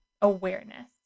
awareness